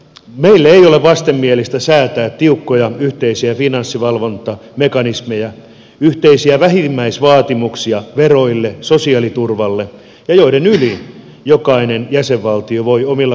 meille ei ole vastenmielistä säätää tiukkoja yhteisiä finanssivalvontamekanismeja yhteisiä vähimmäisvaatimuksia veroille sosiaaliturvalle joiden yli jokainen jäsenvaltio voi omilla kansallisilla päätöksillään mennä